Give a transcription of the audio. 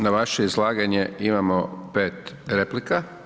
Na vaše izlaganje imamo 5 replika.